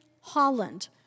Holland